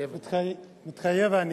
מתחייב אני.